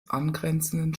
angrenzenden